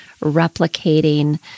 replicating